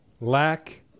lack